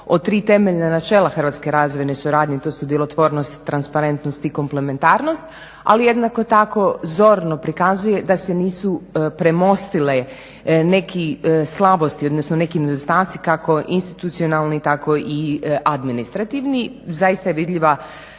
hrvatske razvojne suradnje. To su djelotvornost, transparentnost i komplementarnost, ali jednako tak zorno prikazuje da se nisu premostile neke slabosti, odnosno neki nedostaci kako institucionalni tako i administrativni. Zaista je vidljiva